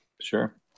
Sure